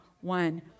one